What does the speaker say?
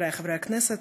חברי חברי הכנסת,